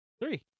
Three